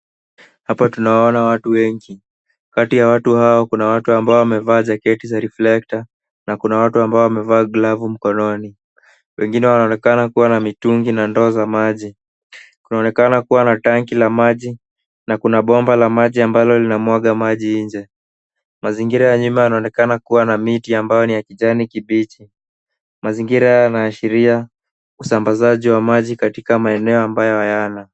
Kuna watu wengi wanaoonekana pamoja. Miongoni mwao, wapo waliovaa koti za reflector na wengine wamevaa glavu mikononi. Baadhi yao wanashikilia mitungi na ndoo za maji. Pia kuna tanki la maji na bomba ambalo linatoa maji nje. Mazingira ya jengo hilo yamezungukwa na miti yenye majani madogo ya kijani kibichi